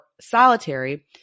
solitary